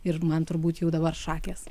ir man turbūt jau dabar šakės